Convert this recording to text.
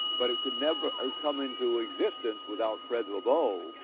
but it could never come into existence without fred lebow.